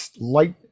light